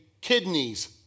kidneys